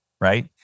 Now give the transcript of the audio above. right